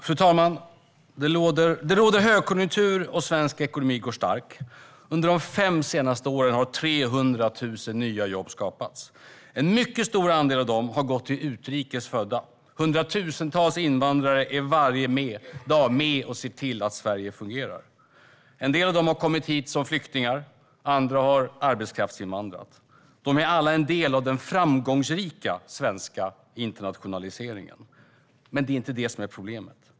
Fru talman! Det råder högkonjunktur, och svensk ekonomi står stark. Under de fem senaste åren har 300 000 nya jobb skapats. En mycket stor andel av dessa jobb har gått till utrikes födda. Hundratusentals invandrare är varje dag med och ser till att Sverige fungerar. En del av dem har kommit hit som flyktingar. Andra har arbetskraftsinvandrat. De är alla en del av den framgångsrika svenska internationaliseringen. Det är inte det som är problemet.